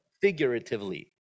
figuratively